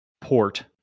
port